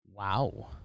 Wow